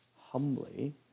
humbly